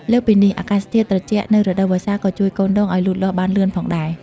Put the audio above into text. លើសពីនេះ អាកាសធាតុត្រជាក់នៅរដូវវស្សាក៏ជួយកូនដូងឲ្យលូតលាស់បានលឿនផងដែរ។